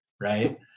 right